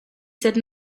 said